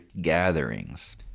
gatherings